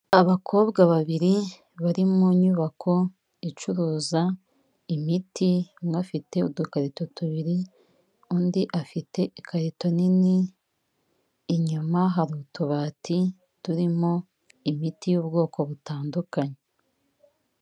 Abakobwa babiri bari mu nyubako icuruza imiti umwe afite udukarito tubiri ,undi afite ikarito nini inyuma hari tubati turimo imiti y'ubwoko butandukanye.